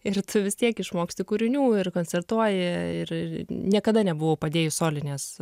ir vis tiek išmoksti kūrinių ir koncertuoji ir ir niekada nebuvau padėjus solinės